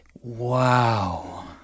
Wow